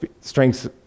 strengths